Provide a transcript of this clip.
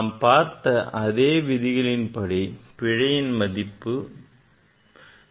நாம் பார்த்த அதே விதிகளின்படி பிழையின் மதிப்பு 0